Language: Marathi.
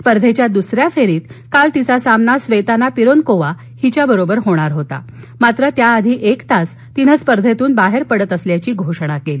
स्पर्धेच्या दुसऱ्या फेरीत काल तिचा सामना स्वेताना पिरोनकोवा हिच्याबरोबर होणार होता मात्र त्या आधी एक तास तिने स्पर्धेतन बाहेर पडत असल्याची घोषणा केली